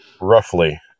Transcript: roughly